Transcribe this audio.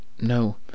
No